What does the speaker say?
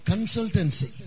Consultancy